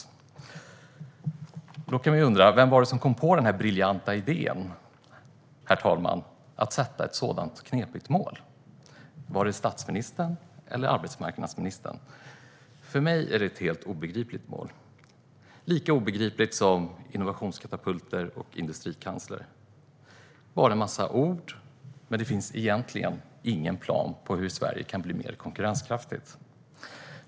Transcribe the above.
Man kan undra vem som kom på den briljanta idén att sätta ett sådant knepigt mål. Var det statsministern eller arbetsmarknadsministern? För mig är målet helt obegripligt. Det är lika obegripligt som innovationskatapulter och industrikansler. Det är bara en massa ord, och det finns egentligen inte någon plan för hur Sverige ska bli mer konkurrenskraftigt.